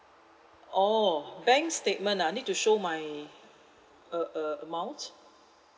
orh bank statement ah need to show my uh uh amount